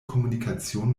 kommunikation